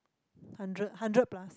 hundred hundred plus